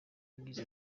yagize